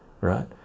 right